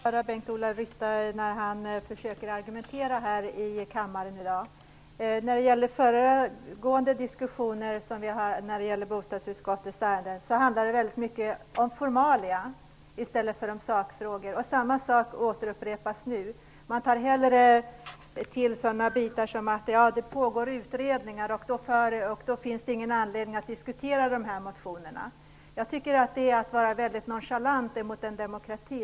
Fru talman! Det är intressant att höra när Bengt Ola Ryttar försöker argumentera här i kammaren i dag. I föregående diskussioner om bostadsutskottets ärenden handlar det väldigt mycket om formalia i stället för om sakfrågor. Samma sak upprepas nu. Man tar hellre till sådana saker som att det pågår utredningar och att det då inte finns någon anledning att diskutera de här motionerna. Jag tycker att det är att vara mycket nonchalant mot en demokrati.